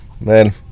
man